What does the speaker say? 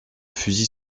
fusil